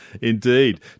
Indeed